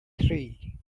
three